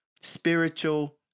spiritual